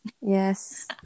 Yes